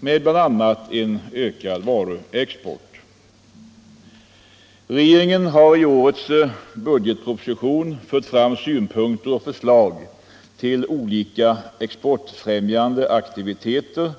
med bl.a. en ökad varuexport. Regeringen har i årets budgetproposition fört fram synpunkter på och förslag till olika exportfrämjande aktiviteter.